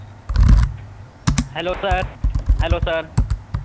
hello sir hello sir